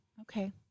Okay